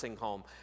home